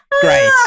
Great